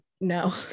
no